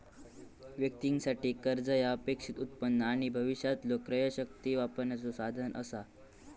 व्यक्तीं साठी, कर्जा ह्या अपेक्षित उत्पन्न आणि भविष्यातलो क्रयशक्ती वापरण्याचो साधन असा